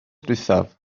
ddiwethaf